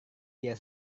dia